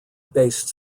based